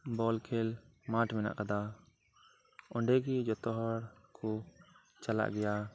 ᱵᱚᱞ ᱠᱷᱮᱞ ᱢᱟᱴᱷ ᱢᱮᱱᱟᱜ ᱟᱠᱟᱫᱟ ᱚᱸᱰᱮ ᱜᱮ ᱡᱚᱛᱚ ᱦᱚᱲ ᱠᱚ ᱪᱟᱞᱟᱜ ᱜᱮᱭᱟ